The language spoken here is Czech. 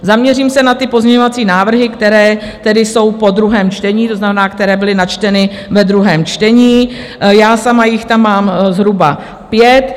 Zaměřím se na ty pozměňovací návrhy, které jsou po druhém čtení, to znamená, které byly načteny ve druhém čtení, sama jich tam mám zhruba pět.